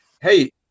hey